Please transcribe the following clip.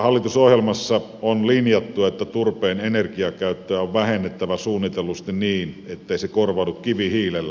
hallitusohjelmassa on linjattu että turpeen energiakäyttöä on vähennettävä suunnitellusti niin ettei se korvaudu kivihiilellä